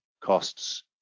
costs